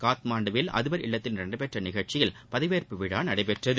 காத்மாண்டுவில் அதிபர் இல்லத்தில் இன்று நடைபெற்ற நிகழ்ச்சியில் பதவியேற்பு விழா நடைபெற்றது